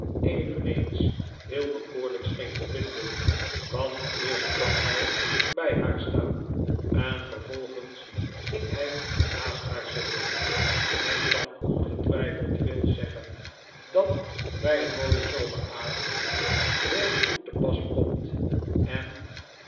eveneens heel bekoorlijk scheen te vinden want eerst kwam hij bij haar staan en vervolgens ging hij naast haar zitten men kan ongetwijfeld veel zeggen dat bij een mooien zomeravond heel goed te pas komt en